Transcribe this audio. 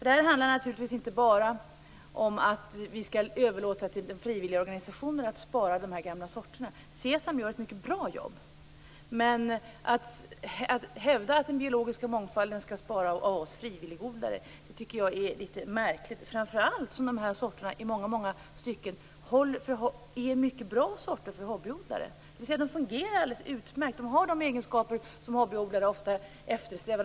Det här handlar naturligtvis inte bara om att vi skall överlåta till de frivilliga organisationerna att spara de gamla sorterna. Sesam gör ett mycket bra jobb. Men att hävda att den biologiska mångfalden skall bevaras av oss frivilligodlare tycker jag är litet märkligt, framför allt som dessa sorter i många stycken är mycket bra sorter för hobbyodlare. De fungerar alldeles utmärkt. De har de egenskaper som hobbyodlare ofta eftersträvar.